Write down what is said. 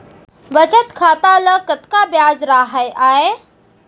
बचत खाता ल कतका ब्याज राहय आय?